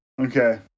Okay